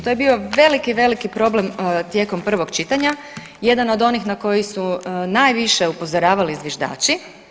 To je bio veliki, veliki problem tijekom prvog čitanja jedan od onih na koji su najviše upozoravali zviždači.